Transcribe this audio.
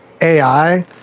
AI